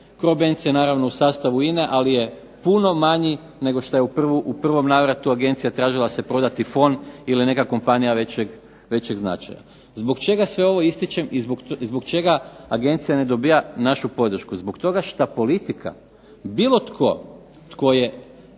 Krobenc je naravno u sastavu INA-e ali je puno manji nego što je u prvom navratu agencija tražila se prodati fond ili neka kompanija većeg značaja. Zbog čega sve ovo ističem i zbog čega agencija ne dobiva našu podršku? zbog toga što politika, bilo tko, tko je